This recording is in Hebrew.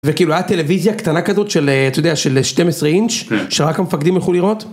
וכאילו היה טלוויזיה קטנה כזאת של 12 אינץ' שרק המפקדים הלכו לראות.